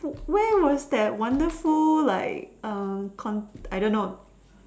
where was that wonderful like con I don't know